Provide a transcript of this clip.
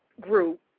group